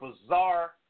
bizarre